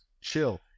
chill